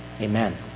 Amen